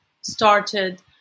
started